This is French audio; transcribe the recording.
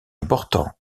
important